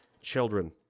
children